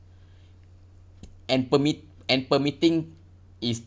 and per meet~ and per meeting is